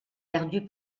perdue